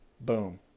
Boom